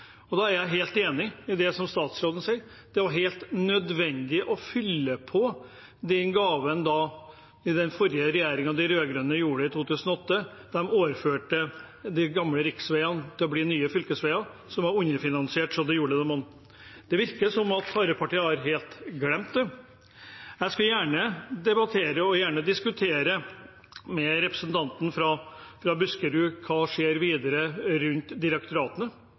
ikke da vi startet prosessen. Det er blitt ganske mye av det, også i den debatten vi har om grensesetting, om regional utvikling, og der er jeg helt enig i det som statsråden sier. Det er helt nødvendig å fylle på den gaven den rød-grønne regjeringen ga i 2008, da de overførte de gamle riksveiene, slik at de ble nye fylkesveier, som var underfinansierte så det gjorde monn. Det virker som om Arbeiderpartiet helt har glemt det. Jeg skulle gjerne debattert og diskutert med representanten